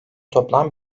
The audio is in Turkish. toplam